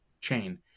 chain